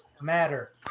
matter